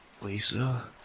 Lisa